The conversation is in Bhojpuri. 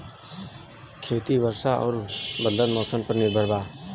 खेती वर्षा और बदलत मौसम पर निर्भर बा